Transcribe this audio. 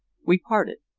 we parted.